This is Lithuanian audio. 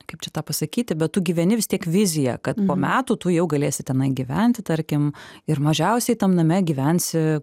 kaip čia tą pasakyti bet tu gyveni vis tiek viziją kad po metų tu jau galėsi tenai gyventi tarkim ir mažiausiai tam name gyvensi